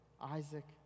Isaac